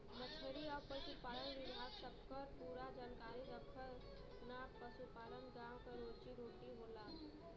मछरी आउर पसुपालन विभाग सबकर पूरा जानकारी रखना पसुपालन गाँव क रोजी रोटी होला